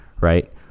right